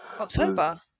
October